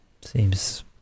Seems